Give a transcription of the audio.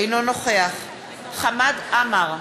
אינו נוכח חמד עמאר,